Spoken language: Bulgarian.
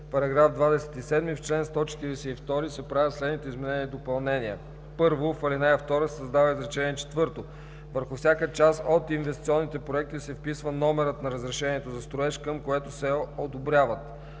§ 27: „§ 27. В чл. 142 се правят следните изменения и допълнения: 1. В ал. 2 се създава изречение четвърто: „Върху всяка част от инвестиционните проекти се вписва номерът на разрешението за строеж, към което се одобряват.“.